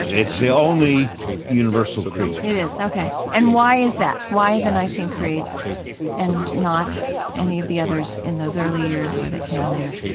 it's the only universal creed it is. ok. and why is that? why the nicene creed and not any of the others in those early years or that came later?